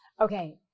Okay